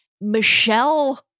Michelle